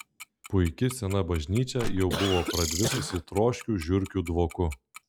puiki sena bažnyčia jau buvo pradvisusi troškiu žiurkių dvoku